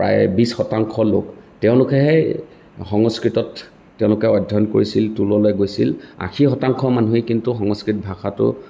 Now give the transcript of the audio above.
প্ৰায় বিশ শতাংশ লোক তেওঁলোকেহে সংস্কৃতত তেওঁলোকে অধ্যয়ন কৰিছিল টোললৈ গৈছিল আশী শতাংশ মানুহে কিন্তু সংস্কৃত ভাষাটো